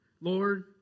Lord